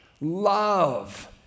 love